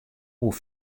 oer